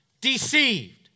deceived